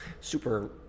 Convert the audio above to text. super